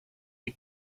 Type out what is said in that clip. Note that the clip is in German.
den